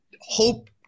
hope